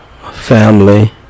family